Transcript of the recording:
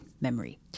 memory